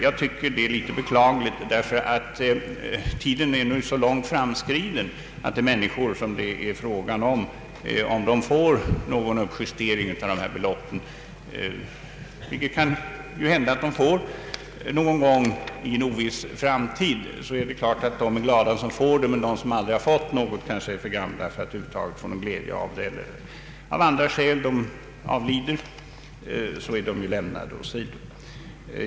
Jag tycker det är en smula beklagligt, därför att tiden nu är så långt framskriden, att många av de människor som — kanske någon gång i en oviss framtid — får en uppjustering av de här beloppen, även om de i och för sig är glada över det, då blivit för gamla för att över huvud taget kunna ha någon glädje av de höjda beloppen. En del av dem har kanske t.o.m. hunnit avlida. Denna grupp är sålunda nu ställd åt sidan.